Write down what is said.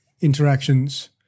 interactions